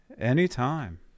anytime